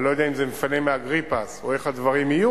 אני לא יודע אם זה מפנה מאגריפס או איך הדברים יהיו,